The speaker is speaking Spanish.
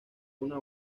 una